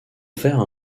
faire